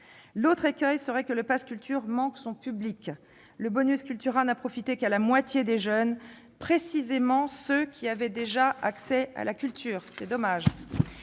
L'autre écueil serait que le pass culture manque son public. Le n'a profité qu'à la moitié des jeunes, précisément ceux qui avaient déjà accès à la culture. C'est dommage